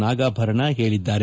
ನಾಗಾಭರಣ ಹೇಳಿದ್ದಾರೆ